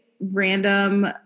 Random